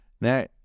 Now